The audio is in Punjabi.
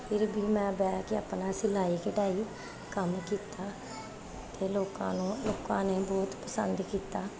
ਫਿਰ ਵੀ ਮੈਂ ਬਹਿ ਕੇ ਆਪਣਾ ਸਿਲਾਈ ਕਢਾਈ ਕੰਮ ਕੀਤਾ ਅਤੇ ਲੋਕਾਂ ਨੂੰ ਲੋਕਾਂ ਨੇ ਬਹੁਤ ਪਸੰਦ ਕੀਤਾ